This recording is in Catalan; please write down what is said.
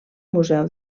museu